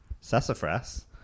Sassafras